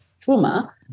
trauma